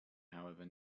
however